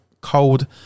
cold